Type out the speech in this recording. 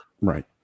right